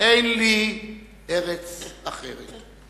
אין לי ארץ אחרת.